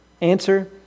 Answer